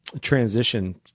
transition